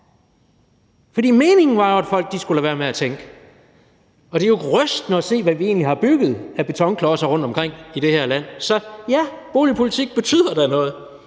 farver. Meningen var jo, at folk skulle lade være med at tænke. Og det er jo rystende at se, hvad vi egentlig har bygget af betonklodser rundtomkring i det her land. Så ja, boligpolitik betyder da noget.